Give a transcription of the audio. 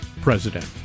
president